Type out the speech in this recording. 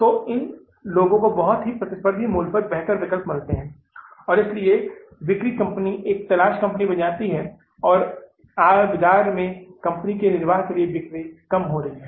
तो लोगों को बहुत ही प्रतिस्पर्धी मूल्य पर बेहतर विकल्प मिलते हैं इसलिए बिक्री कंपनी एक तलाश कंपनी बन जाती है और आज बाजार में कंपनी के निर्वाह के लिए बिक्री कम हो रही है